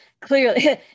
clearly